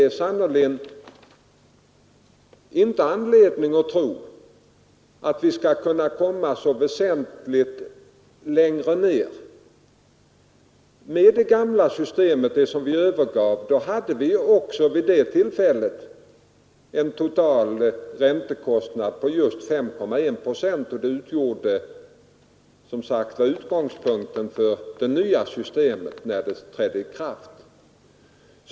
Det är sannerligen inte anledning att tro att vi skall kunna komma så mycket längre ned. Med det gamla systemet, som vi övergav, hade vi också en total räntekostnad på 5,1 procent, och det utgjorde utgångspunkten för det nya systemet när det trädde i kraft.